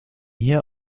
hier